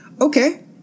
Okay